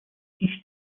each